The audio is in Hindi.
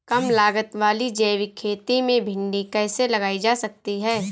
कम लागत वाली जैविक खेती में भिंडी कैसे लगाई जा सकती है?